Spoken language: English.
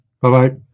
Bye-bye